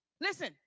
Listen